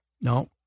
No